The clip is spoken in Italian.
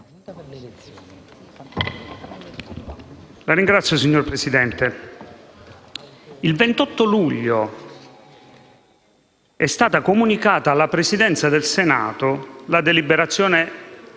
il 28 luglio è stata comunicata alla Presidenza del Senato la deliberazione